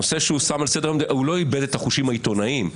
הוא לא איבד את החושים העיתונאיים,